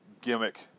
gimmick